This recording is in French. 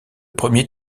premier